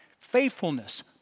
faithfulness